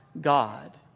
God